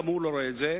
גם הוא לא רואה את זה,